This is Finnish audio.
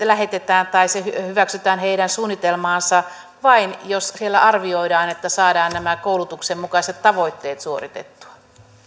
lähetetään tai se hyväksytään heidän suunnitelmaansa vain jos siellä arvioidaan että saadaan nämä koulutuksen mukaiset tavoitteet suoritettua